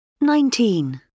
nineteen